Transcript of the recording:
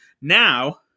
Now